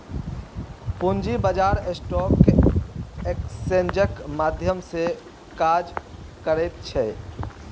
पूंजी बाजार स्टॉक एक्सेन्जक माध्यम सँ काज करैत छै